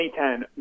2010